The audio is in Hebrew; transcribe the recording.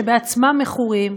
שבעצמם מכורים,